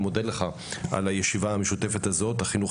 אני מודה לך על הישיבה המשותפת הזו עם החינוך,